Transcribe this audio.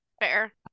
Fair